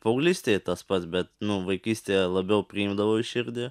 paauglystėje tas pats bet nu vaikystės labiau priimdavau į širdį